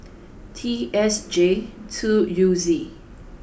T S J two U Z